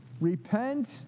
Repent